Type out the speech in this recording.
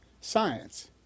science